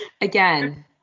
again